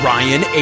Ryan